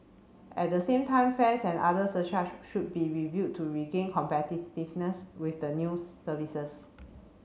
at the same time fares and other surcharge should be reviewed to regain competitiveness with the new services